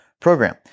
program